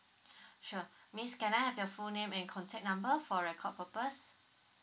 sure miss can I have your full name and contact number for record purpose